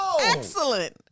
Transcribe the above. Excellent